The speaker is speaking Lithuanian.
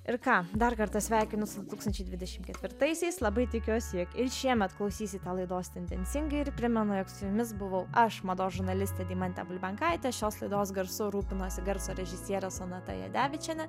ir ką dar kartą sveikinu su du tūkstančiai dvidešim ketvirtaisiais labai tikiuosi jog ir šiemet klausysite laidos tendencingai ir primenu jog su jumis buvau aš mados žurnalistė deimantė bulbenkaitė šios laidos garsu rūpinosi garso režisierė sonata jadevičienė